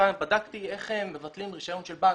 בינתיים בדקתי איך מבטלים רישיון של בנק.